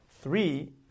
Three